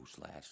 last